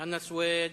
שלוש דקות,